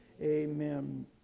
Amen